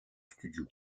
studio